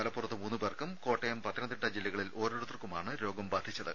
മലപ്പുറത്ത് മൂന്ന് പേർക്കും കോട്ടയം പത്തനംതിട്ട ജില്ലകളിൽ ഓരോരുത്തർക്കുമാണ് രോഗം ബാധിച്ചത്